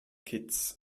kitts